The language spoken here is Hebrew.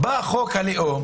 בא חוק הלאום